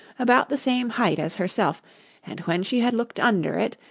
about the same height as herself and when she had looked under it,